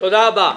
תודה רבה.